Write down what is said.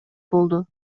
болду